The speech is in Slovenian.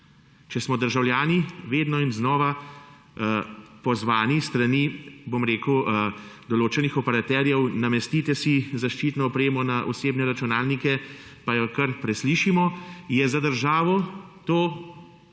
Če smo državljani vedno in znova pozvani s strani, bom rekel določenih operaterjev, namestite si zaščitno opremo na osebne računalnike, pa jo kar preslišimo, je za državo to